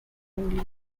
tripoli